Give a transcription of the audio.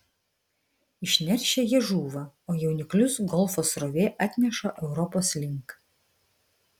išneršę jie žūva o jauniklius golfo srovė atneša europos link